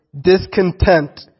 discontent